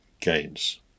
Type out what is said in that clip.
gains